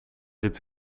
iets